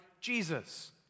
Jesus